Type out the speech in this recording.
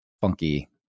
funky